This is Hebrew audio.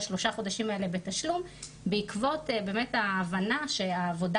השלושה חודשים האלה בתשלום בעקבות באמת ההבנה שהעבודה